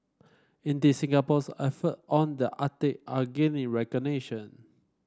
indeed Singapore's effort on the Arctic are gaining recognition